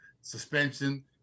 suspension